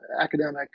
academic